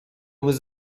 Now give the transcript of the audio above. was